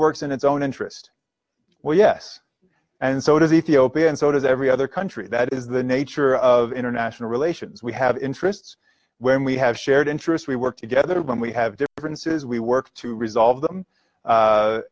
works in its own interest well yes and so does ethiopia and so does every other country that is the nature of international relations we have interests when we have shared interests we work together when we have differences we work to resolve them